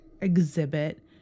exhibit